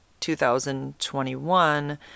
2021